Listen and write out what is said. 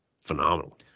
phenomenal